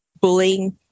bullying